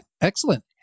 excellent